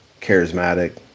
charismatic